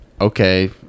okay